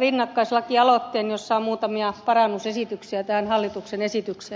rinnakkaislakialoitteen jossa on muutamia parannusesityksiä tähän hallituksen esitykseen